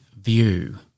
view